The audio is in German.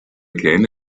kleine